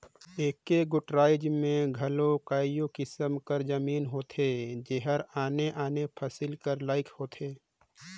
एके गोट राएज में घलो कइयो किसिम कर जमीन होथे जेहर आने आने फसिल कर लाइक होथे